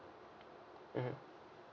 mm